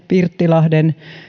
pirttilahti